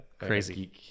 Crazy